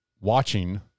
watching